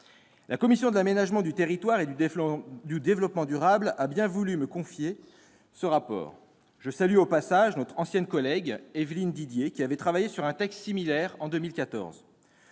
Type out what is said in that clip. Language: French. la commission de l'aménagement du territoire et du développement durable a bien voulu me confier le rapport. Je salue au passage notre ancienne collègue Évelyne Didier, qui avait travaillé sur un texte similaire en 2014.